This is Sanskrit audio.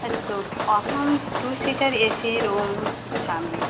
अस्तु अहं two seater A C room इच्छामि